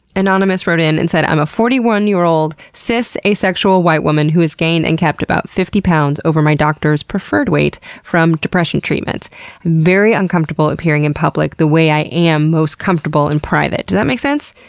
anonymous wrote in and said, i'm a forty one year old cis, asexual, white woman who has gained and kept about fifty lbs over my doctor's preferred weight from depression treatment. i'm very uncomfortable appearing in public the way i am most comfortable in private. does that make sense?